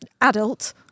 adult